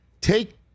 take